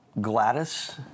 Gladys